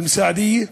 אל-מסאעדיה,